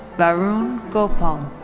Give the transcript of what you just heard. varun gopal.